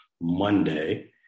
Monday